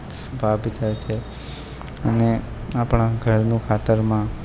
ભાગ થાય છે અને આપણાં ઘરનું ખાતરમાં